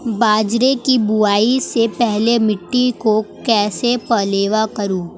बाजरे की बुआई से पहले मिट्टी को कैसे पलेवा करूं?